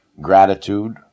gratitude